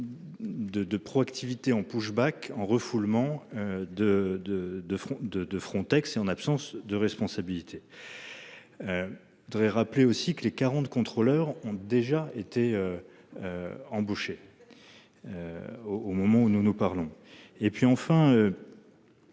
de proactivité en push Back en refoulement de de de front de de Frontex et en absence de responsabilité. Devrait rappeler aussi que les 40 contrôleurs ont déjà été. Embauchés. Au, au moment où nous nous parlons.